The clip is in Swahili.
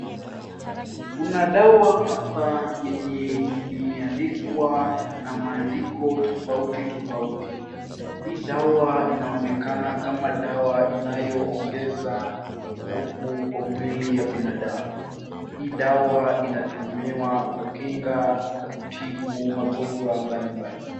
Kuna dawa hapa yenye imeandikwa na maandiko tofauti tofauti. Hii dawa inaonekana kama dawa inayoongeza nguvu kwa mwili ya binadamu , hii dawa inatumiwa kukinga na kutibu magonjwa mbalimbali.